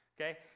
Okay